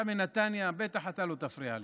אתה מנתניה, בטח אתה לא תפריע לי.